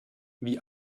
wie